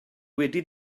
wedi